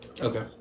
Okay